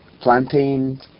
plantain